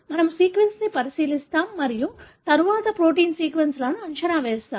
మనము సీక్వెన్స్ని పరిశీలిస్తాము మరియు తరువాత ప్రోటీన్ సీక్వెన్స్ను అంచనా వేస్తాము